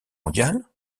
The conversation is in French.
mondiale